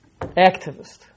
activist